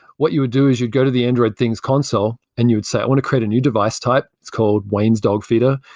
what you would do is you go to the android things console and you would say, i want to create a new device type. it's called wayne's dog feeder.